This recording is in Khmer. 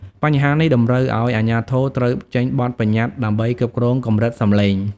បញ្ហានេះតម្រូវឱ្យអាជ្ញាធរត្រូវចេញបទបញ្ញត្តិដើម្បីគ្រប់គ្រងកម្រិតសំឡេង។